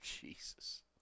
Jesus